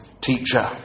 teacher